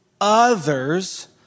others